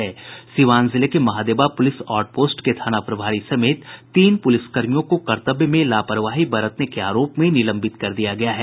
सीवान जिले के Mahadeva police out post के थाना प्रभारी समेत तीन पुलिसकर्मियों को कर्तव्य में लापरवाही बरतने के आरोप में निलंबित कर दिया गया है